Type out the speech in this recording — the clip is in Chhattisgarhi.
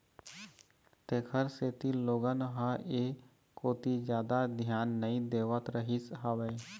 तेखर सेती लोगन ह ऐ कोती जादा धियान नइ देवत रहिस हवय